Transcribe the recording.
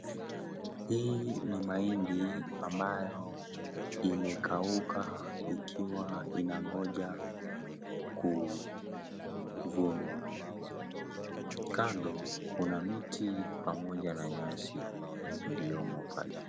Hii ni mahindi ambayo imekaukua ikiwa inangoja kuvunwa. Kando kuna miti pamoja na nyasi iliomo pale.